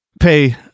pay